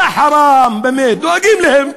יא חראם, באמת, דואגים להם,